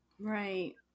right